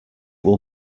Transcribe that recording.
will